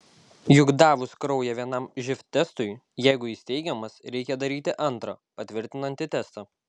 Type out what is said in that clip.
juk davus kraują vienam živ testui jeigu jis teigiamas reikia daryti antrą patvirtinantį testą